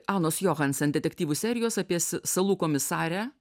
anos johanson detektyvų serijos apie salų komisarę